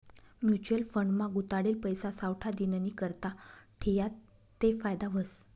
mutual fund मा गुताडेल पैसा सावठा दिननीकरता ठियात ते फायदा व्हस